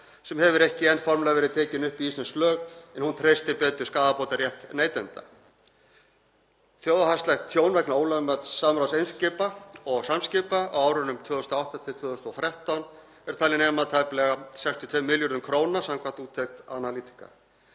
sem hefur ekki enn formlega verið tekin upp í íslensk lög en hún treystir betur skaðabótarétt neytenda. Þjóðhagslegt tjón vegna ólögmæts samráðs Eimskips og Samskipa á árunum 2008–2013 er talið nema tæplega 62 milljörðum kr. samkvæmt úttekt Analytica.